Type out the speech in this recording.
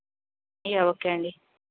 yeah okay అండి